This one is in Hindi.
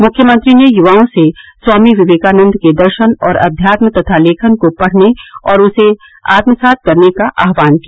मुख्यमंत्री ने युवाओं से स्वामी विवेकानन्द के दर्शन और आध्यात्म तथा लेखन को पढ़ने और उसे आत्मसात करने का आह्वान किया